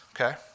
Okay